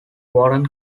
warren